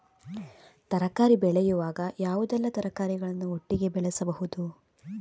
ತರಕಾರಿ ಬೆಳೆಯುವಾಗ ಯಾವುದೆಲ್ಲ ತರಕಾರಿಗಳನ್ನು ಒಟ್ಟಿಗೆ ಬೆಳೆಸಬಹುದು?